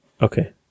Okay